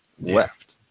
left